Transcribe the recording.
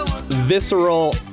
visceral